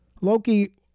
Loki